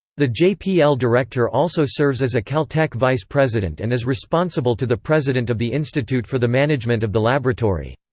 the jpl director also serves as a caltech vice president and is responsible to the president of the institute for the management of the laboratory.